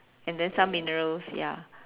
and then some minerals ya